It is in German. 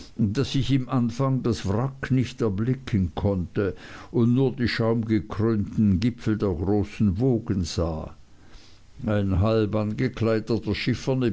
daß ich im anfang das wrack nicht erblicken konnte und nur die schaumgekrönten gipfel der großen wogen sah ein halb angekleideter